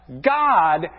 God